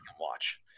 Watch